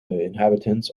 inhabitants